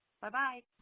Bye-bye